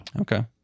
Okay